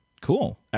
Cool